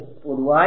പൊതുവായ അറ്റം